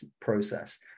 process